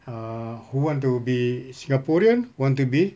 err who want to be singaporean who want to be